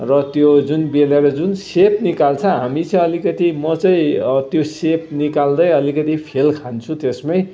र त्यो जुन बेलेर जुन सेप निकाल्छ हामी चाहिँ अलिकति म चाहिँ त्यो सेप निकाल्दै अलिकति फेल खान्छु त्यसमै